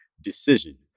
decision